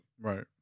Right